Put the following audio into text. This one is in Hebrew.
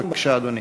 בבקשה, אדוני.